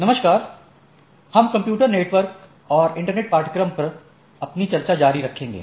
नमस्कार हम computer network और इंटरनेट पाठ्यक्रम पर अपनी चर्चा जारी रखेंगे